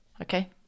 okay